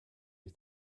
you